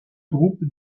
groupe